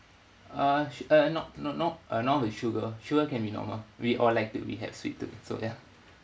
uh su~ uh not no no uh no with sugar sugar can be normal we all like to be have sweet to be so ya